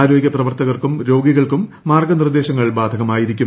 ആരോഗ്യ പ്രവർത്തകർക്കും രോഗികൾക്കും മാർഗ്ഗനിർദ്ദേശങ്ങൾ ബാധകമായിരിക്കും